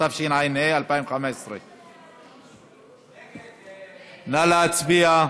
התשע"ה 2015. נא להצביע.